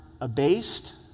abased